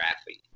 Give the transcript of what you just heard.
athlete